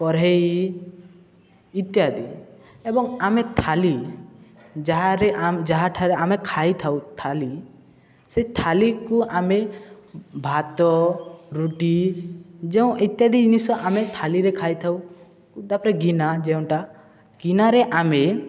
କଢ଼େଇ ଇତ୍ୟାଦି ଏବଂ ଆମେ ଥାଳି ଯାହାରେ ଯାହା ଠାରେ ଆମେ ଖାଇଥାଉ ଥାଳି ସେ ଥାଳିକୁ ଆମେ ଭାତ ରୁଟି ଯେଉଁ ଇତ୍ୟାଦି ଜିନିଷ ଆମେ ଥାଳିରେ ଖାଇଥାଉ ତା'ପରେ ଗିନା ଯେଉଁଟା ଗିନାରେ ଆମେ